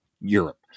Europe